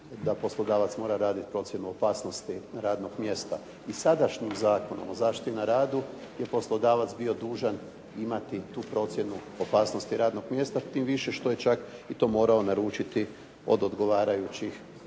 da poslodavac mora raditi procjenu opasnosti radnog mjesta. I sadašnjim Zakonom o zaštiti na radu je poslodavac bio dužan imati tu procjenu opasnosti radnog mjesta tim više što je čak i to morao naručiti od odgovarajućih